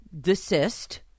desist